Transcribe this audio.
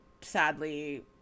sadly